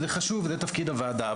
וזה חשוב כי זה תפקיד הוועדה,